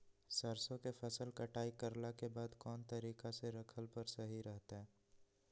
सरसों के फसल कटाई करला के बाद कौन तरीका से रखला पर सही रहतय?